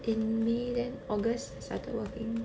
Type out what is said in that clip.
in may then august I started working